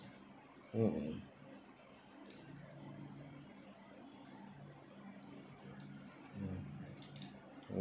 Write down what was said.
mmhmm mm